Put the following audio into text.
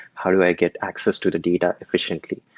how do i get access to the data efficiently?